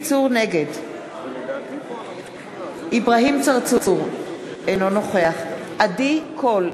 נגד אברהים צרצור, אינו נוכח עדי קול,